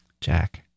Jack